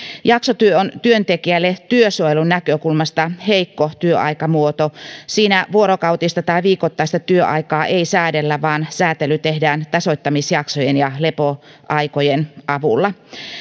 jaksotyö on työntekijälle työsuojelunäkökulmasta heikko työaikamuoto siinä vuorokautista tai viikoittaista työaikaa ei säädellä vaan säätely tehdään tasoittamisjaksojen ja lepoaikojen avulla